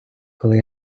коли